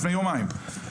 לפני יומיים,